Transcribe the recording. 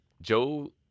Joe